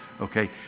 okay